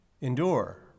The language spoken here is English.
Endure